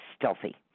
stealthy